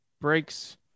breaks